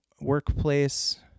workplace